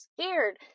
scared